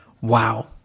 Wow